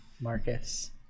marcus